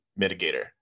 mitigator